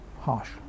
harsh